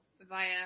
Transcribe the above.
via